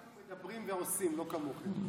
אנחנו מדברים ועושים, לא כמוכם.